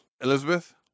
Elizabeth